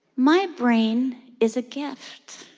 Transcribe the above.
my brain is a gift.